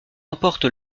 remporte